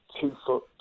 two-foot